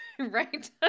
Right